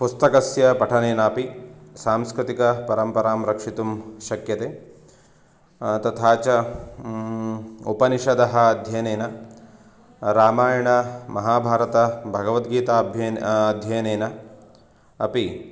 पुस्तकस्य पठनेन अपि सांस्कृतिकपरम्परां रक्षितुं शक्यते तथा च उपनिषदः अध्ययनेन रामायणं महाभारतं भगवद्गीता अध्ययनेन अपि